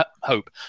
Hope